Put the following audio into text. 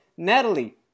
Natalie